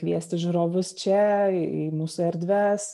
kviesti žiūrovus čia į mūsų erdves